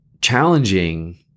challenging